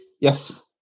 Yes